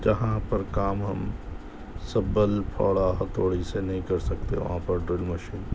جہاں پر کام ہم سبّل پھاوڑا ہتھوڑی سے نہیں کر سکتے وہاں پر ڈرل مشین